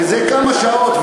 וזה כמה שעות.